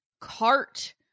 cart